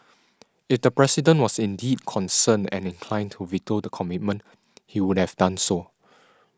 if the President was indeed concerned and inclined to veto the commitment he would have done so